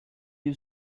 you